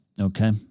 okay